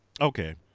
Okay